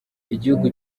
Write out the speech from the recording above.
igihugu